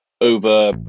over